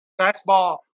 fastball